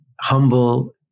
humble